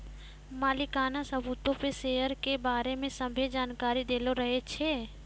मलिकाना सबूतो पे शेयरो के बारै मे सभ्भे जानकारी दैलो रहै छै